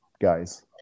guys